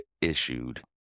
issued